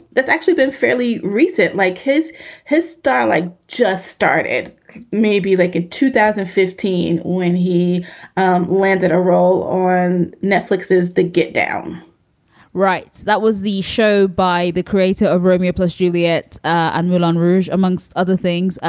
that's actually been fairly recent like his his star, like just started maybe like in two thousand and fifteen when he landed a role on netflix is the getdown rights that was the show by the creator of romeo plus juliet and moulin rouge, amongst other things.